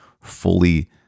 fully